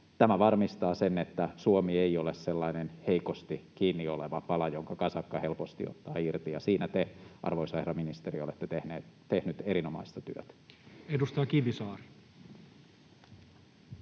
Tämä varmistaa sen, että Suomi ei ole sellainen heikosti kiinni oleva pala, jonka kasakka helposti ottaa irti, ja siinä te, arvoisa herra ministeri, olette tehnyt erinomaista työtä. [Speech 185]